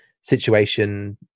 situation